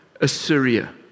Assyria